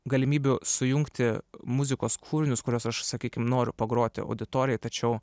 galimybių sujungti muzikos kūrinius kuriuos aš sakykim noriu pagroti auditorijai tačiau